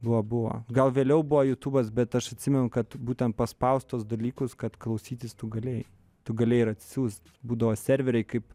buvo buvo gal vėliau buvo jutubas bet aš atsimenu kad būtent paspaust tuos dalykus kad klausytis tu galėjai tu galėjai ir atsiųst buvo serveriai kaip